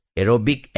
aerobic